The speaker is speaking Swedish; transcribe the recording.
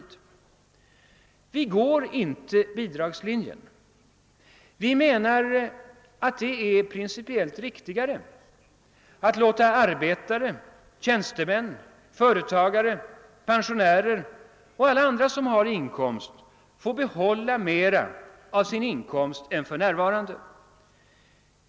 Vi går inte bidragslinjen. Vi menar, att det är principiellt riktigare att låta arbetare, tjänstemän, företagare, pensionärer och alla andra som har inkomst få behålla mera av sin inkomst än för närvarande.